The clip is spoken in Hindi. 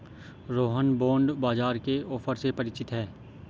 रोहन बॉण्ड बाजार के ऑफर से परिचित है